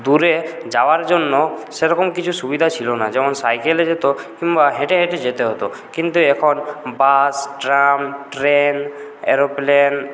দূরে যাওয়ার জন্য সে রকম কিছু সুবিধা ছিল না যেমন সাইকেলে যেত কিংবা হেঁটে হেঁটে যেতে হতো কিন্তু এখন বাস ট্রাম ট্রেন এরোপ্লেন